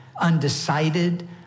undecided